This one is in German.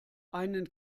einen